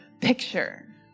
picture